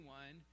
one